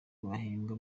bahembwa